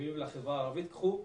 אומרים לחברה הערבית: קחו,